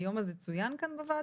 היום הזה צוין פה בוועדה?